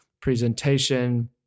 presentation